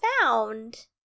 found